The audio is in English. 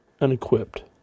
unequipped